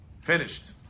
finished